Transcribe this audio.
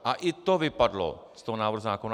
A i to vypadlo z toho návrhu zákona.